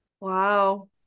Wow